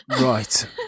Right